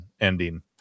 ending